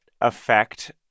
affect